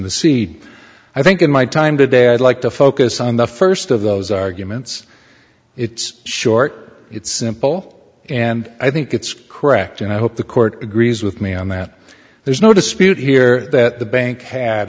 the seed i think in my time today i'd like to focus on the first of those arguments it's short it's simple and i think it's correct and i hope the court agrees with me on that there's no dispute here that the bank had